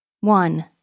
One